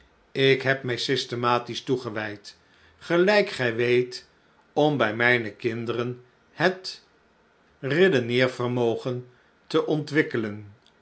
ik heb mij systematisch toegewijd gelijk gij weet om bij mijne kinderen het redeneervermogen te ontwikkelen